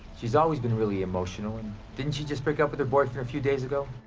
she's always been really emotional. and didn't she just break up with her boyfriend a few days ago?